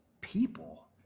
people